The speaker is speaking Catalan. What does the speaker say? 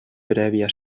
prèvia